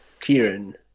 Kieran